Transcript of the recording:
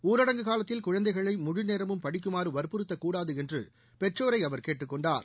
ஊரடங்கு காலத்தில் குழந்தைகளை முழுநேரமும் படிக்குமாறு வற்புறுத்தக்கூடாது என்று பெற்றோரை அவர் கேட்டுக் கொண்டார்